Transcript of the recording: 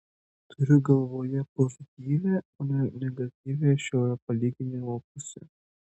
turiu galvoje pozityvią o ne negatyvią šio palyginimo pusę